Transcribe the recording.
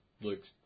looks